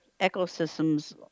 ecosystems